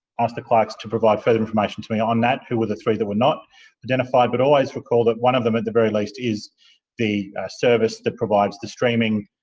ask the clerks to provide further information to me on that, who were the three that were not identified. but always recall that one of them at the very least is the service that provides the streaming,